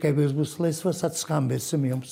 kaip jis bus laisvas atskambinsim jums